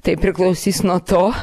tai priklausys nuo to